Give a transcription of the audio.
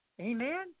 Amen